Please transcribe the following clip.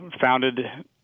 founded